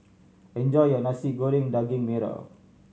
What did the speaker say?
enjoy your Nasi Goreng Daging Merah